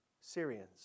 Syrians